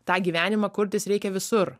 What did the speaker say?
tą gyvenimą kurtis reikia visur